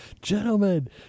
Gentlemen